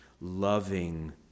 loving